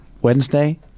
Wednesday